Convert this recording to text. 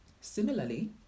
Similarly